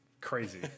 crazy